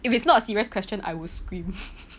if it's not a serious question I will scream